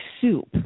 soup